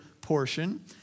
portion